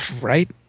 Right